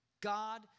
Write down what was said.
God